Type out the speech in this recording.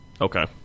Okay